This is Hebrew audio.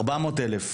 400 אלף,